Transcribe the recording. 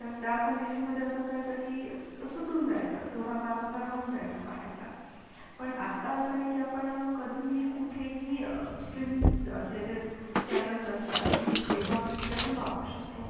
तर त्या कंडिशनमध्ये असं असायचं की सुटून जायचं तेवढा भाग आपला राहून जायचा पाहायचा पण आता असं आहे की आपण कधीही कुठेही स्ट्रीमिंगच जे जे चॅनल्स असतात ती जी सेवा असते ती आपण वापरू शकतो